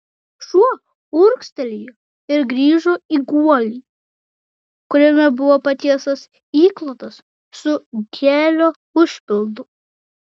šuo urgztelėjo ir grįžo į guolį kuriame buvo patiestas įklotas su gelio užpildu